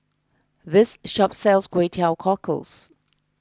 this shop sells Kway Teow Cockles